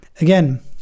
again